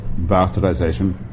bastardization